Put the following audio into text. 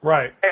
Right